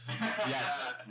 Yes